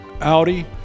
Audi